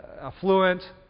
affluent